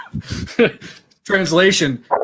Translation